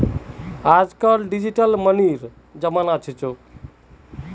आजकल डिजिटल मनीर जमाना छिको